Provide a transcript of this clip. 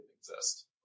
exist